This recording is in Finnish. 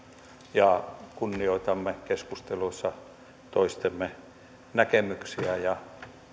ja kunnioitamme keskustelussa toistemme näkemyksiä ja